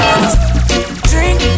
Drink